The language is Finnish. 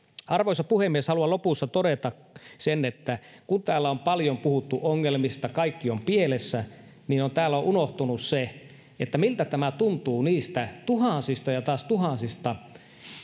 arvoisa puhemies haluan lopussa todeta sen että kun täällä on paljon puhuttu ongelmista kuinka kaikki on pielessä niin täällä on unohtunut se miltä tämä tuntuu niistä tuhansista ja taas tuhansista